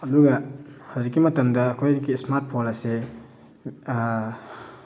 ꯑꯗꯨꯒ ꯍꯧꯖꯤꯛꯀꯤ ꯃꯇꯝꯗ ꯑꯩꯈꯣꯏꯒꯤ ꯏꯁꯃꯥꯔꯠ ꯐꯣꯟ ꯑꯁꯦ